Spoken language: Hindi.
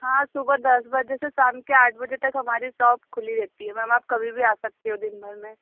हाँ सुबह दस बजे से शाम के आठ बजे तक हमारी सॉप खुली रहती है मैम आप कभी भी आ सकते हो दिन भर में